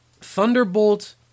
Thunderbolt